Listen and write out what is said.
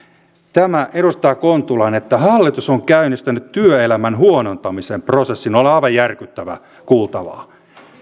tämä edustaja kontulan ajatus että hallitus on käynnistänyt työelämän huonontamisen prosessin oli aivan järkyttävää kuultavaa